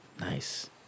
Nice